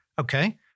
Okay